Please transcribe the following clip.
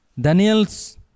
Daniels